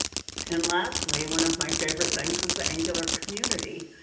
and lastly, one of my favorite things is the angular community.